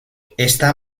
está